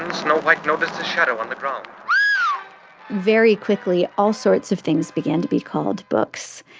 snow white noticed a shadow on the ground very quickly, all sorts of things began to be called books,